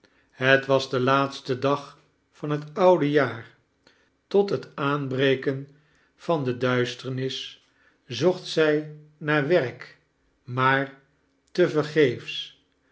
het was de laatste dag van het oude jaar tot het aanbreken van de duisternis zocht zij naar werk maar te